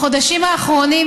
בחודשים האחרונים,